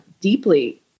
deeply